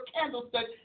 candlestick